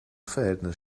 verhältnis